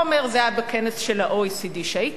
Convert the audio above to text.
זה עלה בכנס של ה-OECD שהייתי בו.